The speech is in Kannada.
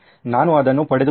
ನಾನು ಅದನ್ನು ಪಡೆದುಕೊಂಡೆ